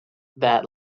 that